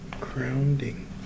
Grounding